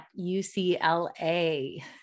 UCLA